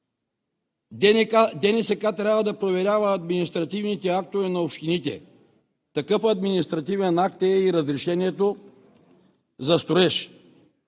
ДНСК трябва да проверява административните актове на общините. Такъв административен акт е и разрешението за строеж